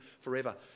forever